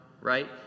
right